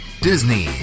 Disney